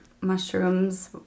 mushrooms